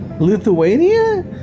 Lithuania